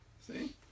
See